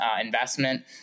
investment